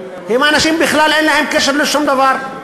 הם אנשים שבכלל אין להם קשר לשום דבר.